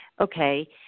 okay